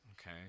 okay